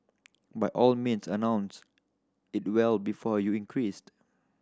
by all means announce it well before you increased